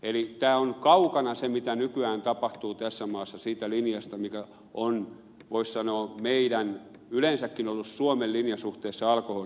eli tämä on kaukana siitä mitä nykyään tapahtuu tässä maassa siitä linjasta mikä on voisi sanoa yleensäkin ollut suomen linja suhteessa alkoholiin